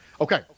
Okay